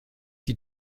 die